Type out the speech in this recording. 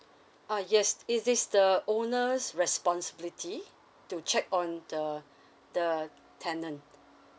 ah yes it is the owner's responsibility to check on the the tenant